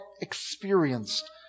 experienced